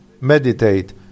meditate